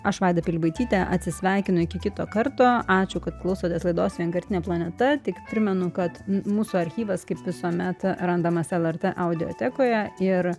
aš vaida pilibaitytė atsisveikinu iki kito karto ačiū kad klausotės laidos vienkartinė planeta tik primenu kad mūsų archyvas kaip visuomet randamas lrt audiotekoje ir